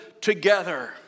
together